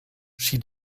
she